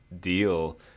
deal